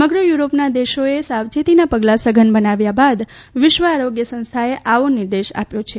સમગ્ર યુરોપના દેશોએ સાવચેતીના પગલાં સઘન બનાવ્યા બાદ વિશ્વ આરોગ્ય સંસ્થાએ આવો નિર્દેશ આપ્યો હતો